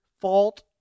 fault